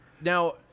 Now